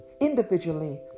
individually